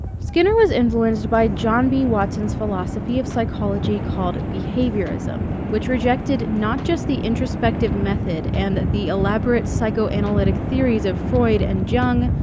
skinner was influenced by john b watson's philosophy of psychology called behaviorism, which rejected not just the introspective method and the elaborate psychoanalytic theories of freud and jung,